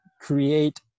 create